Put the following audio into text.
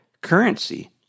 currency